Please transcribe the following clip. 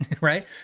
right